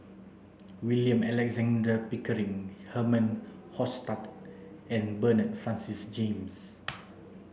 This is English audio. William Alexander Pickering Herman Hochstadt and Bernard Francis James